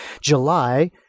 July